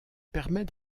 permet